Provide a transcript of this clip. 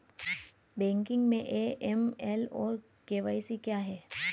Banking में AML और KYC क्या हैं?